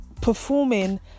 performing